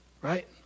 Right